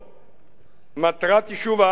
מטרת יישוב הארץ, לפחות כמו ראש האופוזיציה.